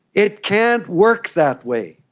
it can't work that way.